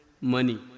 money